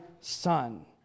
son